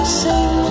sing